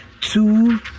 two